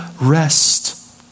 rest